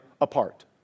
apart